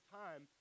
time